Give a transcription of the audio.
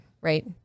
right